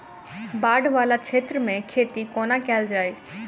बाढ़ वला क्षेत्र मे खेती कोना कैल जाय?